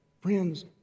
Friends